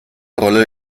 rolle